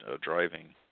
driving